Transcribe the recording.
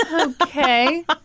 Okay